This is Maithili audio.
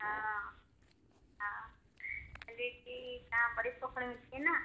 हँ हँ लेकिन हम बड़ी पोखरिमे छियै ने